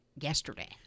yesterday